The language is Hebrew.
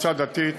קבוצה דתית,